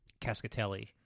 cascatelli